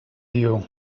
you